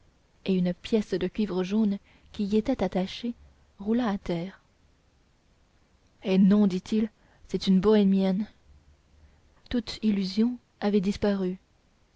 et une pièce de cuivre jaune qui y était attachée roula à terre hé non dit-il c'est une bohémienne toute illusion avait disparu